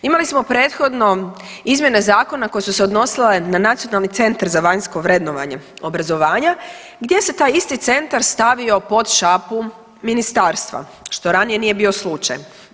Imali smo prethodno izmjene zakona koje su se odnosile na Nacionalni centar za vanjsko vrednovanje obrazovanja gdje se taj isti centar stavio pod šapu ministarstva što ranije nije bio slučaj.